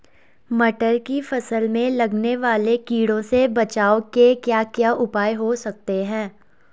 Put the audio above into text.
मटर की फसल में लगने वाले कीड़ों से बचाव के क्या क्या उपाय हो सकते हैं?